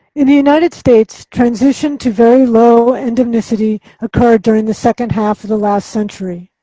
in the united states, transition to very low endemicity occurred during the second half of the last century.